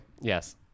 Yes